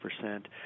percent